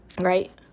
right